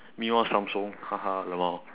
me want samsung ha ha LMAO